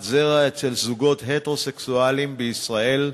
זרע אצל זוגות הטרוסקסואליים בישראל.